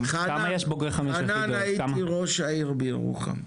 הייתי ראש העיר בירוחם,